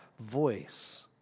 voice